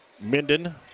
Minden